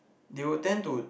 do you tend to